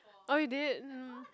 oh you did mm